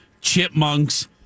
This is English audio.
chipmunks